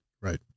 Right